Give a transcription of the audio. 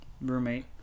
roommate